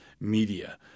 media